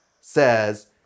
says